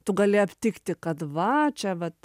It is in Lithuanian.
tu gali aptikti kad va čia vat